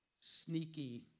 sneaky